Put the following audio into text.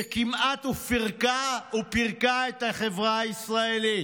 שכמעט פירקה את החברה הישראלית.